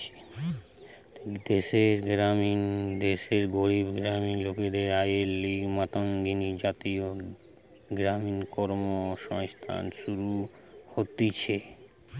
দেশের গরিব গ্রামের লোকের আয়ের লিগে মহাত্মা গান্ধী জাতীয় গ্রামীণ কর্মসংস্থান শুরু হতিছে